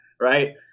Right